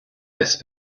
this